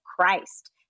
Christ